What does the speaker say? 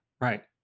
Right